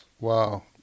Wow